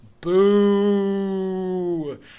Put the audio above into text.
Boo